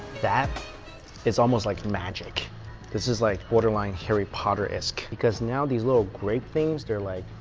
that is almost like magic this is like borderline harry potter-esque because now these little grape things they're like